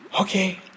Okay